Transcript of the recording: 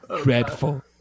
dreadful